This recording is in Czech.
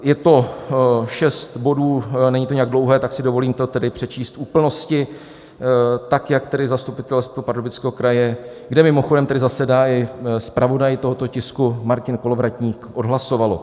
Je to šest bodů, není to nijak dlouhé, tak si dovolím to tedy přečíst v úplnosti, tak jak tedy Zastupitelstvo Pardubického kraje, kde mimochodem zasedá i zpravodaj tohoto tisku Martin Kolovratník, odhlasovalo.